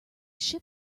ship